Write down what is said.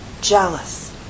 jealous